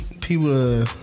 People